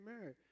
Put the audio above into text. married